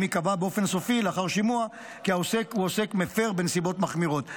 אם ייקבע באופן סופי לאחר שימוע כי העוסק הוא עוסק מפר בנסיבות מחמירות,